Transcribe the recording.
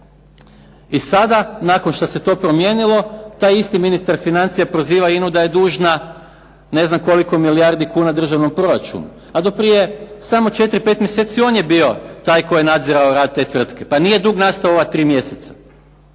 i sada nakon što se to promijenilo, taj isti ministar financija proziva INA-u da je dužna ne znam koliko milijardi kuna državnom proračunu. A do prije samo 4, 5 mjeseci on je bio taj koji je nadzirao rad te tvrtke, pa nije taj dug nastao u ova 3 mjeseca.